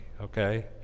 okay